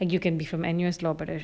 and you can be from N_U_S law but it